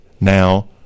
now